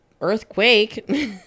earthquake